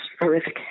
horrific